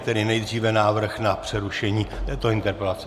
Tedy nejdříve návrh na přerušení této interpelace.